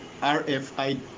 RFID